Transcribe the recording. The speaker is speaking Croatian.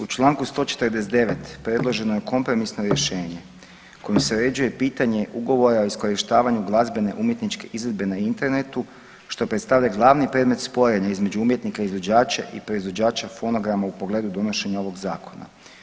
U čl. 149. predloženo je kompromisno rješenjem kojim se uređuje pitanje ugovora iskorištavanjem glazbene umjetničke izvedbe na internetu što predstavlja glavni predmet sporenja između umjetnika i izvođača i proizvođača fonograma u pogledu donošenja ovog zakona.